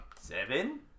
Seven